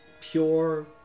pure